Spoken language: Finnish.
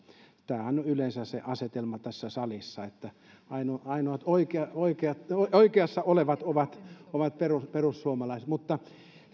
tämähän on yleensä se asetelma tässä salissa että ainoat ainoat oikeassa olevat ovat ovat perussuomalaiset